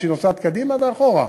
הוא שהיא נוסעת קדימה ואחורה,